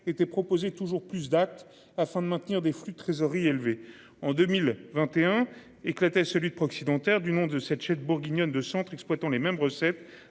étaient proposés toujours plus date afin de maintenir des flux de trésorerie élevée en 2021 éclatait celui de proxy dentaire du nom de cette chute bourguignonne de centres exploitant les mêmes recettes